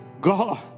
God